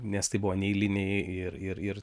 nes tai buvo neeiliniai ir ir ir